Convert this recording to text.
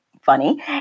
funny